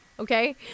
Okay